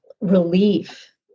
relief